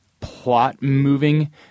plot-moving